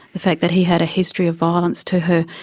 the fact that he had a history of violence to her.